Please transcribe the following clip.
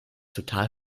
total